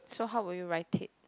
so how will you write it